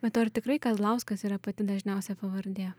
bet o ar tikrai kazlauskas yra pati dažniausia pavardė